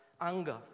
anger